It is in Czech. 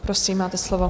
Prosím, máte slovo.